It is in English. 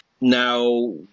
Now